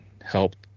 helped